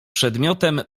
przedmiotem